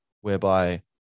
whereby